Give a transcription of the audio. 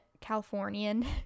Californian